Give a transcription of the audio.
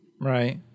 Right